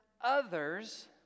others